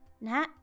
Nat